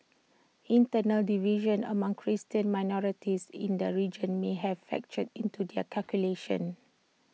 internal divisions among Christian minorities in the region may have factored into their calculations